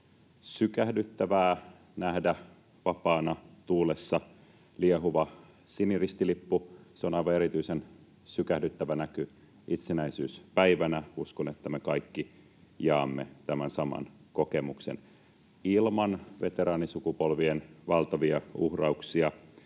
sykähdyttävää nähdä vapaana tuulessa liehuva siniristilippu. Se on aivan erityisen sykähdyttävä näky itsenäisyyspäivänä. Uskon, että me kaikki jaamme tämän saman kokemuksen. Ilman veteraanisukupolvien valtavia uhrauksia